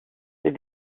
les